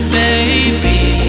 baby